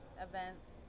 events